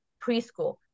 preschool